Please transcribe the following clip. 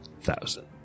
thousand